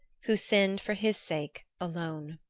who sinned for his sake alone.